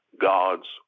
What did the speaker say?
God's